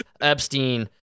Epstein